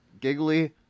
giggly